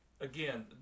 again